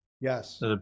Yes